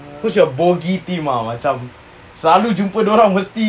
who's your bogey team ah macam selalu jumpa dorang mesti